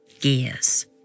years